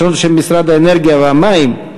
לשנות את שם משרד האנרגיה והמים,